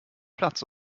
platz